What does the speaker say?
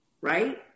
Right